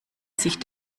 sich